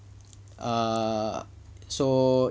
err so